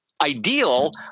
ideal